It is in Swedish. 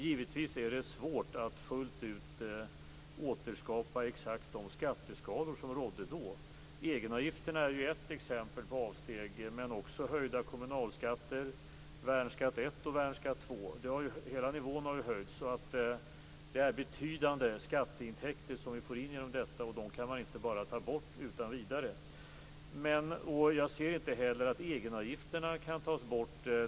Givetvis är det svårt att fullt ut återskapa exakt de skatteskalor som rådde då. Egenavgifterna är ett exempel på avsteg. Andra är höjda kommunalskatter, värnskatt 1 och värnskatt 2. Hela nivån har höjts. Det är betydande skatteintäkter vi får in genom detta, och de kan man inte utan vidare bara ta bort. Jag ser inte heller att egenavgifterna kan tas bort.